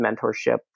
mentorship